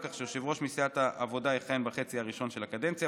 כך שיושב-ראש מסיעת העבודה יכהן בחצי הראשון של הקדנציה,